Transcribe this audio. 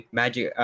magic